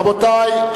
רבותי,